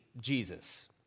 Jesus